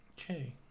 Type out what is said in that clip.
Okay